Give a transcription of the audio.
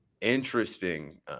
interesting